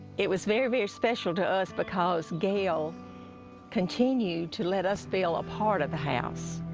it was very, very special to us because gail continued to let us feel a part of the house.